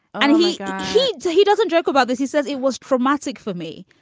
and he he so he doesn't joke about this. he says it was traumatic for me.